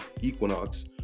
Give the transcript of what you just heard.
equinox